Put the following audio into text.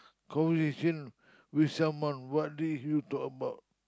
conversation with someone what do you talk about